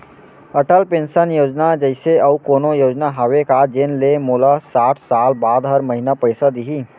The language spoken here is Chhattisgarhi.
अटल पेंशन योजना जइसे अऊ कोनो योजना हावे का जेन ले मोला साठ साल बाद हर महीना पइसा दिही?